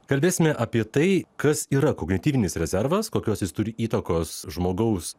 kalbėsime apie tai kas yra kognityvinis rezervas kokios jis turi įtakos žmogaus